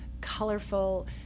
colorful